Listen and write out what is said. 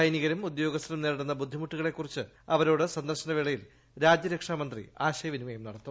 സൈനികരും ഉദ്യോഗസ്ഥരും നേരിടുന്ന ബുദ്ധിമുട്ടുകളെക്കുറിച്ച് അവരോട് സന്ദർശനവേളയിൽ രാജ്യരക്ഷാമന്ത്രി ആശയവിനിമയം നടത്തും